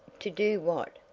to do what?